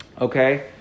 Okay